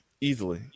easily